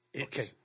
Okay